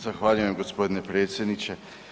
Zahvaljujem gospodine predsjedniče.